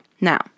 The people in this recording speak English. Now